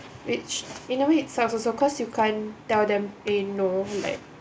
which in a way it sucks also cause you can't tell them eh no like